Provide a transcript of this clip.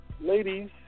ladies